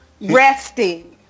resting